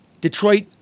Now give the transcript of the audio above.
Detroit